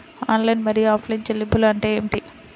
Online మరియు offline చెల్లింపులు అంటే ఏమిటి?